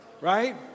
Right